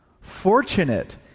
fortunate